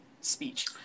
speech